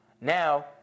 Now